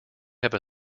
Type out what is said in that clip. have